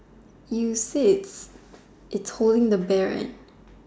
you said it's holding the bear right